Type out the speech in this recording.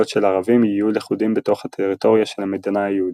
של ערבים יהיו לכודים בתוך הטריטוריה של המדינה היהודית.